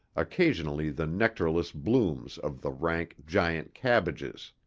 occasionally the nectarless blooms of the rank, giant cabbages.